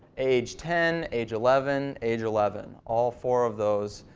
age ten, age eleven, age eleven. all four of those.